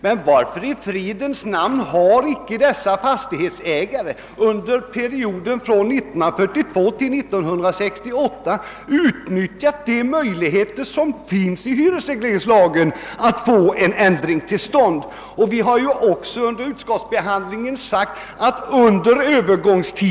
Men varför i fridens namn har inte dessa fastighetsägare under perioden 1942—1968 utnyttjat de möjligheter som finns enligt hyresregleringslagen att få en ändring till stånd? Även under utskottsbehandlingen har vi sagt att sådana möjligheter skall finnas under en Övergångstid.